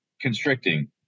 constricting